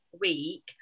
week